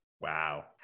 wow